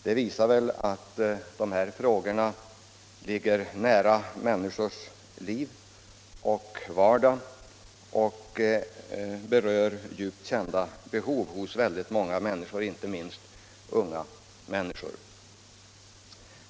Det visar väl att de här frågorna ligger nära människors liv och vardag och berör djupt kända behov hos många, inte minst unga människor.